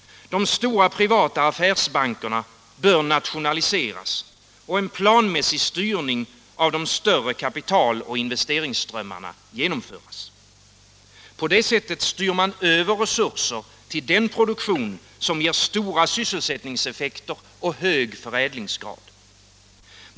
De stora privata affärsbankerna bör nationaliseras och en planmässig styrning av de större kapital och investeringsströmmarna genomföras. På det sättet styr man över resurser till den produktion som ger stora sysselsättningseffekter och hög förädlingsgrad.